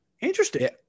Interesting